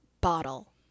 bottle